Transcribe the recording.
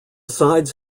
sides